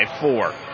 four